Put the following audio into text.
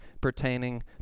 pertaining